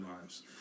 lives